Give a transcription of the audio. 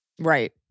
Right